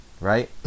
right